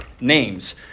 names